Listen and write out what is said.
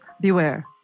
beware